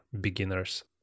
beginners